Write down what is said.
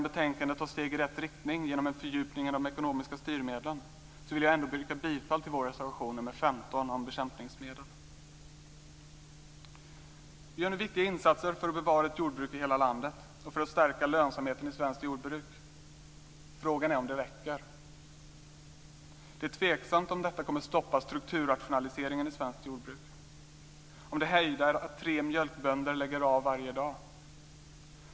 Betänkandet tar steg i rätt riktning genom en fördjupning av de ekonomiska styrmedlen. Men jag vill ändå yrka bifall till vår reservation, nr 15, om bekämpningsmedel. Vi gör nu viktiga insatser för att bevara ett jordbruk i hela landet och för att stärka lönsamheten i svenskt jordbruk. Frågan är om det räcker. Det är tveksamt om detta kommer att stoppa strukturrationaliseringen i svenskt jordbruk och om det hejdar att tre mjölkbönder lägger av varje dag.